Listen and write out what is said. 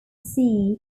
see